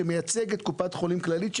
שמייצג את קופת חולים כללית,